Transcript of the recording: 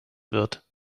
wird